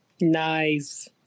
Nice